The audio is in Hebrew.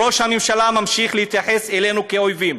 ראש הממשלה ממשיך להתייחס אלינו כאל אויבים.